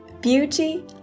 Beauty